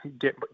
get